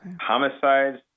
Homicides